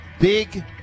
big